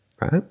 Right